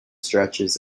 stretches